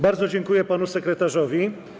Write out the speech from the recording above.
Bardzo dziękuję panu sekretarzowi.